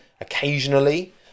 occasionally